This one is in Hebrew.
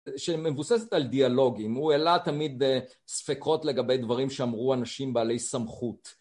שמבוססת על דיאלוגים, הוא העלה תמיד ספקות לגבי דברים שאמרו אנשים בעלי סמכות.